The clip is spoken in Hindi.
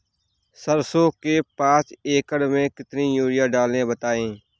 सरसो के पाँच एकड़ में कितनी यूरिया डालें बताएं?